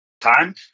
time